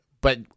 but-